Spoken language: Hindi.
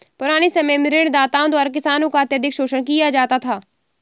पुराने समय में ऋणदाताओं द्वारा किसानों का अत्यधिक शोषण किया जाता था